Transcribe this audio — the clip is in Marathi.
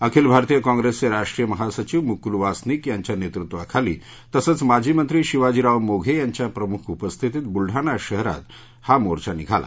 अखिल भारतीय कॉप्रेसचे राष्ट्रीय महासचिव मुकुल वासनिक यांच्या नेतृत्वाखाली तसंच माजी मंत्री शिवाजीराव मोघे यांच्या प्रमुख उपस्थितीत बुलडाणा शहरात हा मोर्चा निघाला